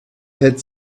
had